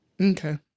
Okay